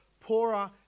poorer